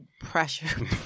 Pressure